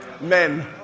Men